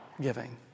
giving